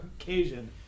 occasion